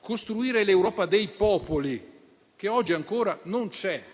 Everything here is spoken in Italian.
costruire l'Europa dei popoli, che oggi ancora non c'è,